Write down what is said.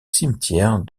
cimetière